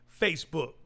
Facebook